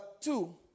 two